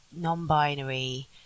non-binary